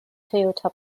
toyota